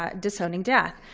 ah disowning death.